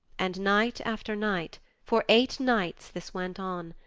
and night after night, for eight nights, this went on.